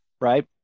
right